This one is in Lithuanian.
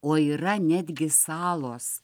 o yra netgi salos